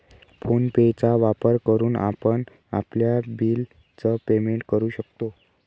phone पे चा वापर करून आपण आपल्या बिल च पेमेंट करू शकतो